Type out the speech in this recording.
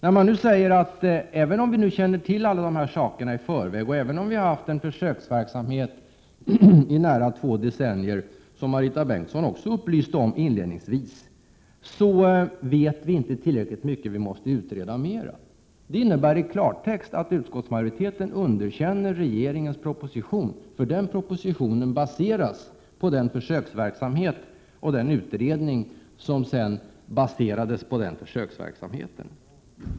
När ni nu säger att även om man känt till alla saker i förväg och även om en försöksverksamhet pågått i nära två decennier — något som Marita Bengtsson också upplyste om inledningsvis — vet man inte tillräckligt mycket utan måste utreda mera, så innebär det i klartext att utskottsmajoriteten underkänner regeringens proposition. Propositionen baseras ju på utredningen, som i sin tur baseras på denna försöksverksamhet.